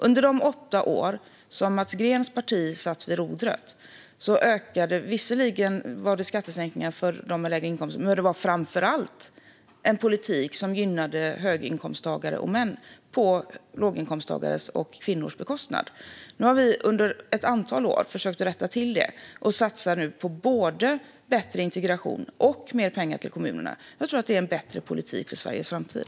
Under de åtta år som Mats Greens parti satt vid rodret var det visserligen skattesänkningar för dem med lägre inkomster, men det var framför allt en politik som gynnade höginkomsttagare och män på låginkomsttagares och kvinnors bekostnad. Nu har vi under ett antal år försökt att rätta till detta och satsar nu både på bättre integration och mer pengar till kommunerna. Jag tror att det är en bättre politik för Sveriges framtid.